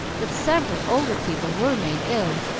but several older people were made ill,